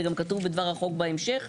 זה גם כתוב בדבר החוק בהמשך.